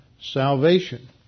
salvation